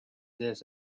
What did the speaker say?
days